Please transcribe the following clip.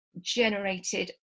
generated